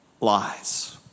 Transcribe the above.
lies